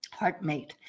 heartmate